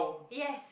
yes